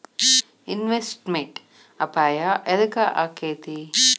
Investment ಅಪಾಯಾ ಯದಕ ಅಕ್ಕೇತಿ?